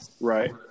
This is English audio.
Right